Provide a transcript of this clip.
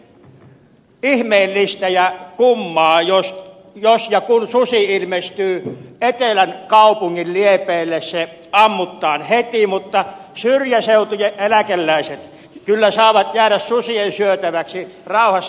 on myös ihmeellistä ja kummaa että jos ja kun susi ilmestyy etelän kaupungin liepeille se ammutaan heti mutta syrjäseutujen eläkeläiset kyllä saavat jäädä susien syötäväksi rauhassa